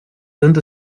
sind